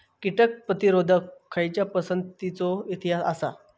कीटक प्रतिरोधक खयच्या पसंतीचो इतिहास आसा?